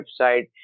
website